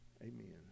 Amen